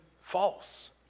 false